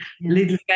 little